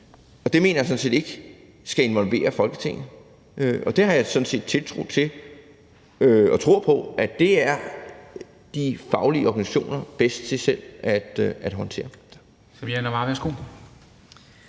Det mener jeg sådan set ikke skal involvere Folketinget. Det har jeg har sådan set tiltro til og tror på, at de faglige organisationer er bedst til selv at håndtere.